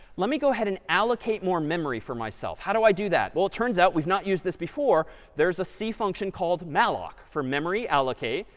let me go ahead and allocate more memory for myself. how do i do that? well, it turns out we've not used this before there's a c function called malloc, for memory alloca.